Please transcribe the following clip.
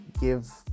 give